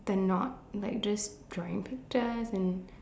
the not like just drawing pictures and